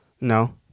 no